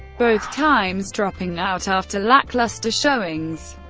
both times dropping out after lackluster showings.